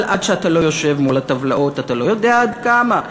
אבל עד שאתה לא יושב מול הטבלאות אתה לא יודע עד כמה.